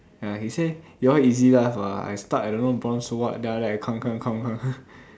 ya he say you all easy life [what] I stuck at don't know bronze so what then after that I climb climb climb climb climb